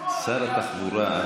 שר התחבורה,